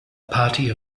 party